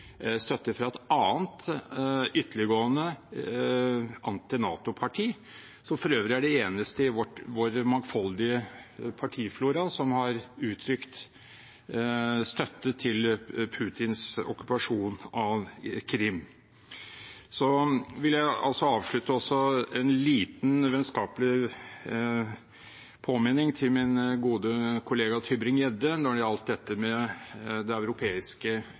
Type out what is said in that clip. støtte fra et annet ytterliggående anti-NATO-parti, som for øvrig er det eneste i vår mangfoldige partiflora som har uttrykt støtte til Putins okkupasjon av Krim. Jeg vil avslutte med en liten vennskapelig påminning til min gode kollega Tybring-Gjedde når det gjelder dette med det europeiske